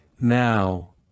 now